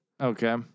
Okay